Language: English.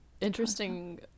interesting